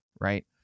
right